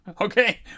Okay